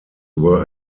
were